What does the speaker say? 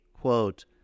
quote